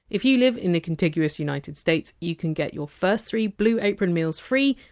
if you live in the contiguous united states, you can get your first three blue apron meals free,